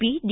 P D